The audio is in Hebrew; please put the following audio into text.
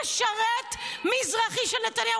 משרת מזרחי של נתניהו.